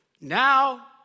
now